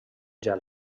gel